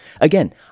Again